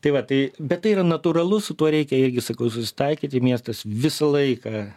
tai va tai bet tai yra natūralu su tuo reikia irgi sakau susitaikyti miestas visą laiką